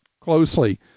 closely